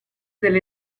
delle